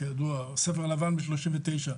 כידוע הספר הלבן מ-1939,